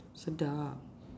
sedap